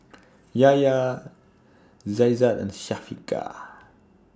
Yahya Aizat and Syafiqah